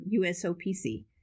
USOPC